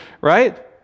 Right